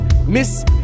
Miss